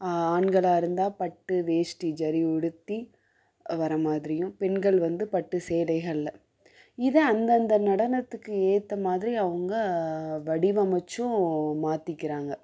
ஆண்களாக இருந்தால் பட்டு வேஷ்டி ஜரி உடுத்தி வர்ற மாதிரியும் பெண்கள் வந்து பட்டு சேலைகளில் இதை அந்தந்த நடனத்துக்கு ஏற்ற மாதிரி அவங்க வடிவமைச்சும் மாற்றிக்கறாங்க